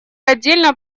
отдельно